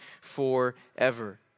forever